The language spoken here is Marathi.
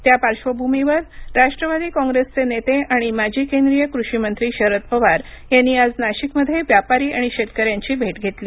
त्या पार्श्वभूमीवर राष्ट्रवादी काँप्रेसचे नेते आणि माजी केंद्रीय कृषी मंत्री शरद पवार यांनी आज नाशिकमध्ये व्यापारी आणि शेतकऱ्यांची भेट घेतली